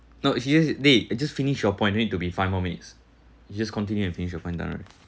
no if it's just they I just finish your point and need to be more five minutes you just continue and finish you point now right